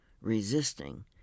Resisting